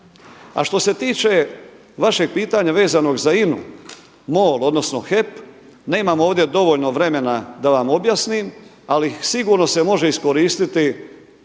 A što se tiče vašeg pitanja vezanog za INA-u, MOL odnosno HEP, nemam ovdje dovoljno vremena da vam objasnim ali sigurno se može iskoristiti